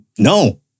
No